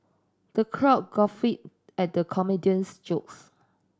the crow guffawed at the comedian's jokes